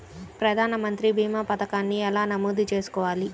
ప్రధాన మంత్రి భీమా పతకాన్ని ఎలా నమోదు చేసుకోవాలి?